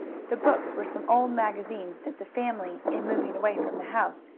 the books were some old magazines that the family, in moving away from the house,